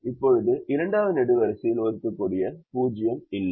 இப்போது இரண்டாவது நெடுவரிசையில் ஒதுக்கக்கூடிய 0 இல்லை